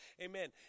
Amen